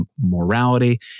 morality